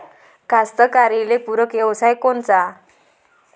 कास्तकाराइले पूरक व्यवसाय कोनचा?